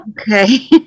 okay